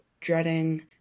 dreading